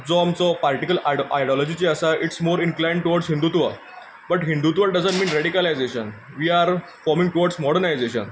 जो आमचो particle ideology आसा it's more inclined towards Hindutva but Hindutva doesn't mean radicalization we are forming towards modernisation